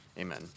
Amen